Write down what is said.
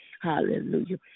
hallelujah